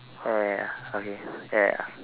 ya ya ya okay ya ya ya